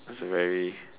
that's a very